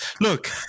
look